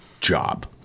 job